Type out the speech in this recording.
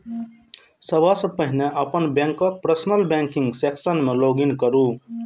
सबसं पहिने अपन बैंकक पर्सनल बैंकिंग सेक्शन मे लॉग इन करू